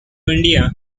india